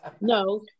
no